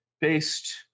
Paste